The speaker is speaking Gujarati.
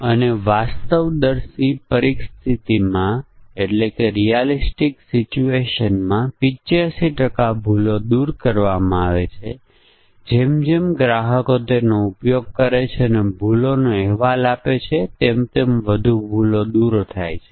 પરંતુ આપણે કહીએ કે પરિમાણોની સંખ્યા 30 છે અને દરેક 3 4 કિંમતો લે છે તો કોલમની સંખ્યા 320 થઈ જશે